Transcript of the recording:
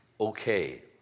okay